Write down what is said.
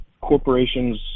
corporations